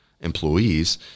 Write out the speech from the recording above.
employees